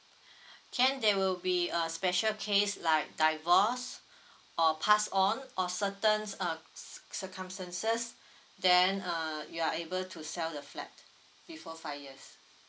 can there will be a special case like divorce or pass on or certain uh circumstances then uh you are able to sell the flat before five years